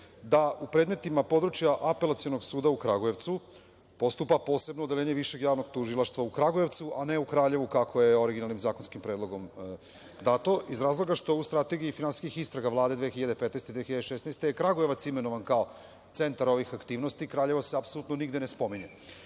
da u predmetima područja Apelacionog suda u Kragujevcu postupa Posebno odeljenje Višeg javnog tužilaštva u Kragujevcu, a ne u Kraljevu, kako je originalnim zakonskim predlogom dato, iz razloga što u Strategiji finansijskih istraga Vlade 2015. i 2016. godine je Kragujevac imenovan kao centar ovih aktivnosti. Kraljevo se apsolutno nigde ne spominje. Dobili